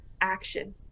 action